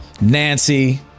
Nancy